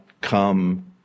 come